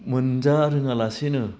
मोनजा रोङालासेनो